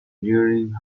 learning